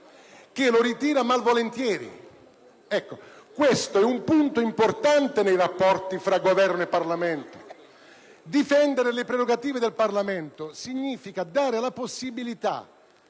che lo ritira malvolentieri. Questo è un punto importante nei rapporti fra Governo e Parlamento. Difendere le prerogative del Parlamento significa dare la possibilità